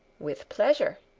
with pleasure!